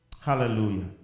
hallelujah